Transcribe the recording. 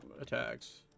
attacks